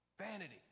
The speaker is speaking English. Vanity